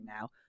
now